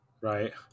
right